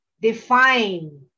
define